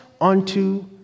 unto